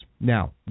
Now